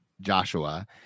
Joshua